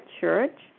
church